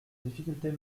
difficultés